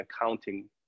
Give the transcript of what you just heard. accounting